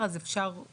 התשע"ב